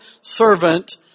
servant